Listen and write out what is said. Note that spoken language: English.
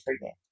forget